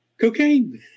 cocaine